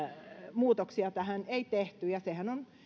muutoksia tähän ei tehty sehän on